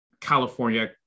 california